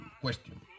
question